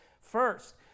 First